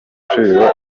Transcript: agaciro